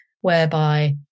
whereby